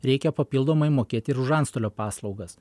reikia papildomai mokėt ir už antstolio paslaugas